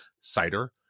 cider